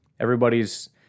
Everybody's